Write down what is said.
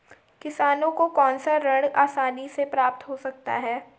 किसानों को कौनसा ऋण आसानी से प्राप्त हो सकता है?